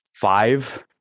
five